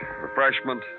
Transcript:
Refreshment